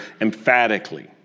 emphatically